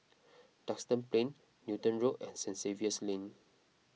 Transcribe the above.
Duxton Plain Newton Road and St Xavier's Lane